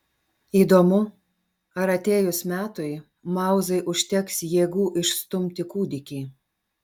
įdomu ar atėjus metui mauzai užteks jėgų išstumti kūdikį